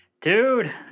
Dude